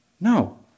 No